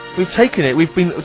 we've taken it, we've been.